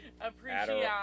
Appreciate